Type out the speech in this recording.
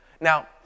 Now